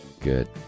Good